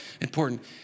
important